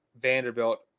Vanderbilt